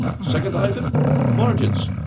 second item margins,